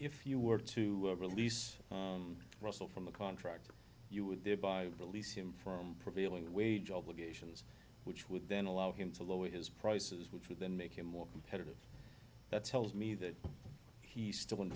if you were to release russell from the contract you would thereby release him from prevailing wage obligations which would then allow him to lower his prices which for then make him more competitive that sells me that he still